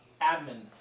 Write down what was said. admin